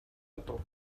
одов